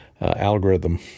algorithm